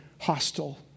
hostile